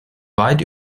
weit